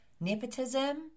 nepotism